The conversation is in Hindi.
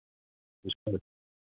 उसका